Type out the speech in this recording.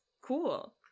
Cool